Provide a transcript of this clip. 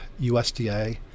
USDA